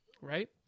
right